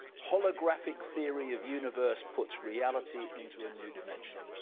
holographic theory of universe puts reality into a new dimension,